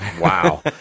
wow